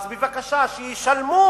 אז בבקשה שישלמו